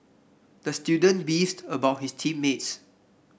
the student beefed about his team mates